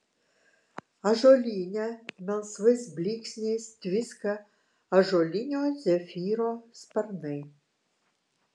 ąžuolyne melsvais blyksniais tviska ąžuolinio zefyro sparnai